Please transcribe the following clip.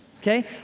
Okay